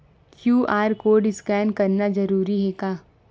QR code scan करना जरूरी हे का?